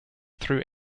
through